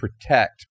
protect